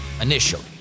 initially